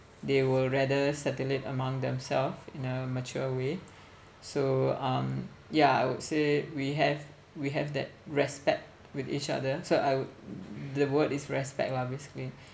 they will rather settle it among themself in a mature way so um yeah I would say we have we have that respect with each other so I would the word is respect lah basically